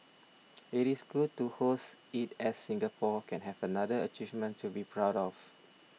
it is good to host it as Singapore can have another achievement to be proud of